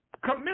Commit